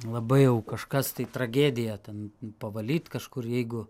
labai jau kažkas tai tragedija ten pavalyt kažkur jeigu